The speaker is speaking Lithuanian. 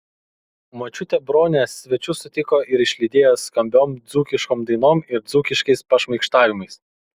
močiutė bronė svečius sutiko ir išlydėjo skambiom dzūkiškom dainom ir dzūkiškais pašmaikštavimais